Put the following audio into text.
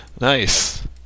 Nice